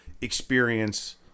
experience